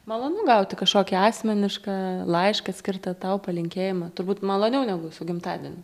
malonu gauti kažkokį asmenišką laišką skirtą tau palinkėjimą turbūt maloniau negu su gimtadieniu